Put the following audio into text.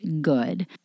good